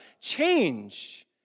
change